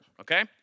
okay